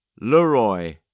Leroy